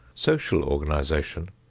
social organization,